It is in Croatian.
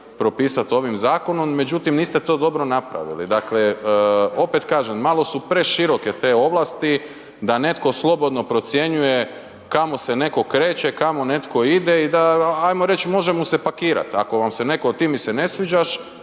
propisati ovim zakonom međutim niste to dobro napravili. Dakle, opet kažem, malo su preširoke te ovlasti da netko slobodno procjenjuje kamo se neko kreće, kamo netko ide i da ajmo reći možemo se pakirati, ti mi se ne sviđaš,